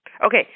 Okay